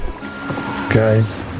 Guys